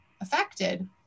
affected